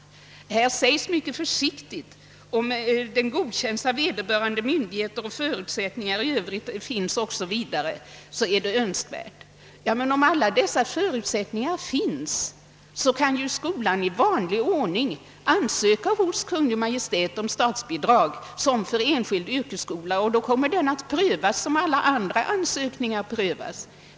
I reservationen användes på denna punkt mycket försiktiga ordalag: »Därest kursplanen kan godkännas av vederbörande myndigheter och förutsättningar i övrigt för anordnande av kursen befinnes föreligga, synes det önskvärt» etc. Men om alla dessa förutsättningar föreligger kan ju skolan i vanlig ordning hos Kungl. Maj:t ansöka om statsbidrag som för enskild yrkesskola, och då kommer denna ansökan att prövas på samma sätt som alla andra ansökningar.